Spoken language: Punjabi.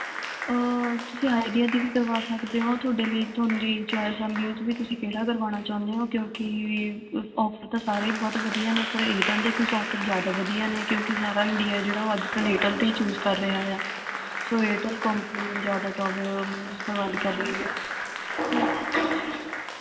ਤੁਸੀਂ ਆਈਡੀਆ ਦੀ ਵੀ ਕਰਵਾ ਸਕਦੇ ਹੋ ਤੁਹਾਡੇ ਲਈ ਤੁਹਾਡੀ ਚੋਆਇਸ ਆਉਂਦੀ ਏ ਉਹ 'ਚ ਵੀ ਤੁਸੀਂ ਕਿਹੜਾ ਕਰਵਾਉਣਾ ਚਾਹੁੰਦੇ ਹੋ ਕਿਉਂਕਿ ਔਫਰ ਤਾਂ ਸਾਰੇ ਹੀ ਬਹੁਤ ਵਧੀਆ ਨੇ ਪਰ ਏਅਰਟੈਲ ਦੇ ਕੁਛ ਔਫਰ ਜ਼ਿਆਦਾ ਵਧੀਆ ਨੇ ਕਿਉਂਕਿ ਸਾਰਾ ਇੰਡੀਆ ਜਿਹੜਾ ਉਹ ਅੱਜ ਕੱਲ ਏਅਰਟੈਲ 'ਤੇ ਹੀ ਚੂਜ ਕਰ ਰਿਹਾ ਆ ਸੋ ਏਅਰਟੈਲ ਕੌਂਪਨੀ ਜ਼ਿਆਦਾ ਟੋਪ ਮਿਨਸ ਪ੍ਰੋਵਾਈਡ ਕਰ ਰਹੀ ਆ